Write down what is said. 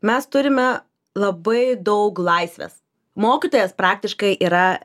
mes turime labai daug laisvės mokytojas praktiškai yra